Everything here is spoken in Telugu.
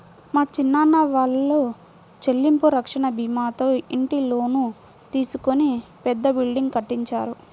మా చిన్నాన్న వాళ్ళు చెల్లింపు రక్షణ భీమాతో ఇంటి లోను తీసుకొని పెద్ద బిల్డింగ్ కట్టించారు